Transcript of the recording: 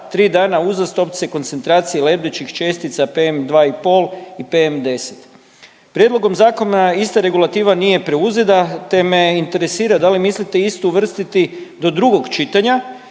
3 dana uzastopce koncentracija lebdećih čestica PM 2,5 i PM 10. Prijedlogom zakona ista regulativa nije preuzeta te me interesira da li mislite istu uvrstiti do drugog čitanja